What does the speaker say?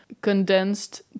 condensed